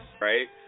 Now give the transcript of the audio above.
Right